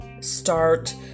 start